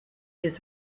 his